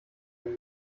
wenn